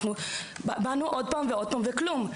באנו שוב ושוב, אבל כלום.